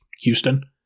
Houston